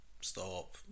stop